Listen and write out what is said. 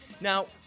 Now